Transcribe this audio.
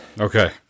Okay